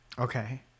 Okay